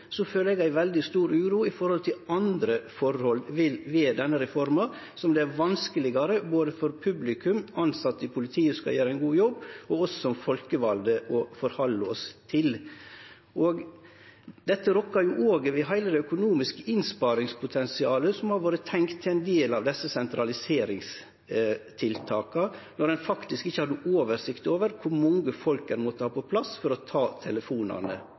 føler eg ei veldig stor uro for andre forhold ved denne reforma som det er vanskelegare for både publikum, tilsette i politiet, som skal gjere ein god jobb, og oss som folkevalde å halde oss til. Dette rokkar jo òg ved heile det økonomiske innsparingspotensialet som har vore tenkt i ein del av desse sentraliseringstiltaka, når ein faktisk ikkje hadde oversikt over kor mange folk ein måtte ha på plass for å ta telefonane.